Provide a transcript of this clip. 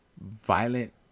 violent